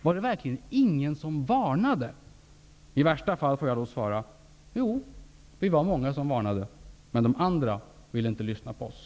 Var det verkligen ingen som varnade? I värsta fall får jag då svara: Jo, vi var många som varnade. Men de andra ville inte lyssna på oss.